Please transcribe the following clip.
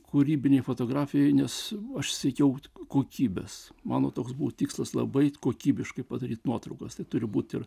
kūrybinėj fotografijoj nes aš siekiau kokybės mano toks būti tikslas labai kokybiškai padaryti nuotraukas tai turi būti ir